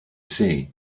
say